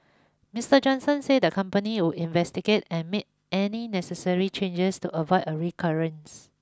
Mister Johnson said the company would investigate and made any necessary changes to avoid a recurrence